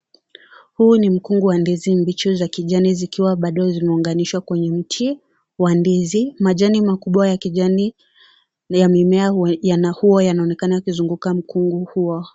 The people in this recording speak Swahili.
Huu ni mkungu wa ndizi mbichi za kijani bado zikiwa zinaunganishwa kwenye mti wa ndizi. Majani makubwa ya kijani na ya mimea yana ua yanaonekana yakizunguka mkungu huo.